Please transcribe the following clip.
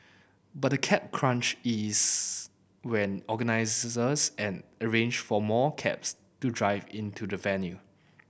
but the cab crunch ease when organisers an arrange for more cabs to drive into the venue